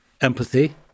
empathy